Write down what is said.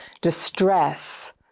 distress